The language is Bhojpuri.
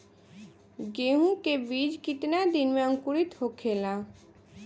गेहूँ के बिज कितना दिन में अंकुरित होखेला?